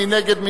מי נגד?